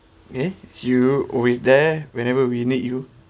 eh you with there whenever we need you